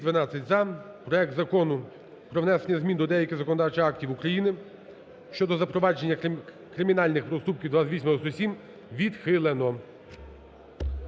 Проект Закону про внесення змін до деяких законодавчих актів України щодо запровадження кримінальних проступків (2897) відхилено.